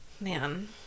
Man